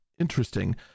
interesting